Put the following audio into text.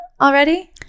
already